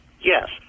Yes